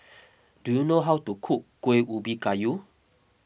do you know how to cook Kuih Ubi Kayu